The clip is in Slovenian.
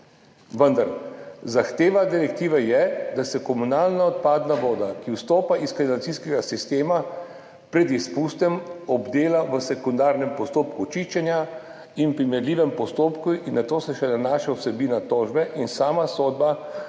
Vendar, zahteva direktive je, da se komunalna odpadna voda, ki vstopa iz kanalizacijskega sistema, pred izpustom obdela v sekundarnem postopku čiščenja in primerljivem postopku, in na to se še nanaša vsebina tožbe in sama sodba.